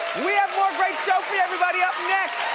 we have more great show for you, everybody, up next,